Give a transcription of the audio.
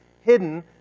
hidden